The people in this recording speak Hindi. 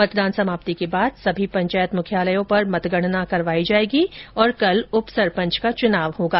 मतदान समाप्ति के बाद सभी पंचायत मुख्यालयों पर मतगणना करवाई जाएगी और कल उपसरपंच का चुनाव होगा